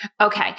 Okay